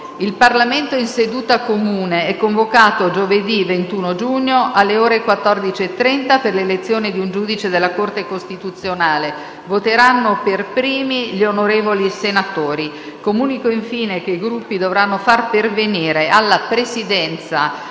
Il Parlamento in seduta comune è convocato giovedì 21 giugno, alle ore 14,30, per l’elezione di un giudice della Corte costituzionale. Voteranno per primi gli onorevoli senatori. Comunico infine che i Gruppi dovranno far pervenire alla Presidenza